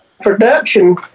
Production